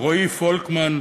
רועי פולקמן,